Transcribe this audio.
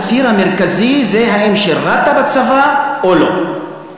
הציר המרכזי זה אם שירתָ בצבא או לא.